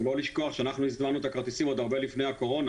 ולא לשכוח שהזמנו את הכרטיסים עוד הרבה לפני הקורונה.